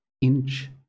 inch